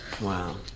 Wow